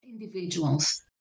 individuals